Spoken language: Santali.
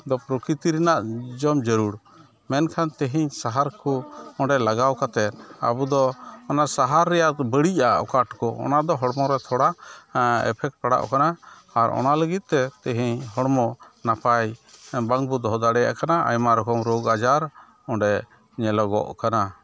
ᱫᱚ ᱯᱨᱚᱠᱤᱛᱤ ᱨᱮᱱᱟᱜ ᱡᱚᱢ ᱡᱟᱹᱨᱩᱲ ᱢᱮᱱᱠᱷᱟᱱ ᱛᱮᱦᱮᱧ ᱥᱟᱦᱟᱨᱠᱚ ᱚᱸᱰᱮ ᱞᱟᱜᱟᱣ ᱠᱟᱛᱮᱫ ᱟᱵᱚᱫᱚ ᱚᱱᱟ ᱥᱟᱦᱟᱨ ᱨᱮᱭᱟᱜ ᱵᱟᱹᱲᱤᱡᱟᱜ ᱚᱠᱟᱠᱚ ᱚᱱᱟᱫᱚ ᱦᱚᱲᱢᱚᱨᱮ ᱛᱷᱚᱲᱟ ᱮᱚᱯᱷᱮᱠᱴ ᱯᱟᱲᱟᱣᱚᱜ ᱠᱟᱱᱟ ᱟᱨ ᱚᱱᱟ ᱞᱟᱹᱜᱤᱫᱛᱮ ᱛᱮᱦᱮᱧ ᱦᱚᱲᱢᱚ ᱱᱟᱯᱟᱭ ᱵᱟᱝᱵᱚ ᱫᱚᱦᱚ ᱫᱟᱲᱮᱭᱟᱜ ᱠᱟᱱᱟ ᱟᱭᱢᱟ ᱨᱚᱠᱚᱢ ᱨᱳᱜᱽᱼᱟᱡᱟᱨ ᱚᱸᱰᱮ ᱧᱮᱞᱚᱜᱚᱜ ᱠᱟᱱᱟ